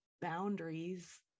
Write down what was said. boundaries